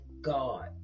God